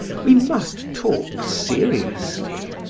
we must talk seriously.